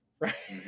right